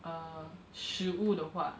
uh 食物的话